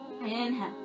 Inhale